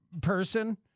person